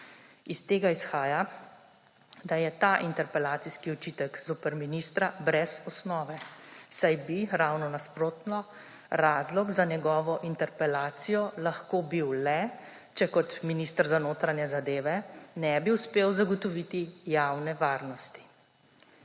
Iz tega izhaja, da je ta interpelacijski očitek zoper ministra brez osnove, saj bi, ravno nasprotno, razlog za njegovo interpelacijo lahko bil le, če kot minister za notranje zadeve ne bi uspel zagotoviti javne varnosti.